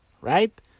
Right